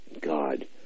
God